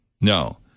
No